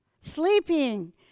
Sleeping